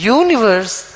universe